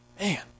Man